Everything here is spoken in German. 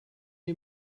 die